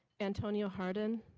antonio hardin